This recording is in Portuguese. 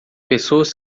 pessoas